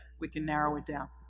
we can narrow it down.